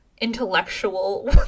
intellectual